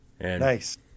Nice